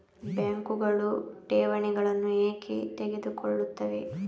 ಬ್ಯಾಂಕುಗಳು ಠೇವಣಿಗಳನ್ನು ಏಕೆ ತೆಗೆದುಕೊಳ್ಳುತ್ತವೆ?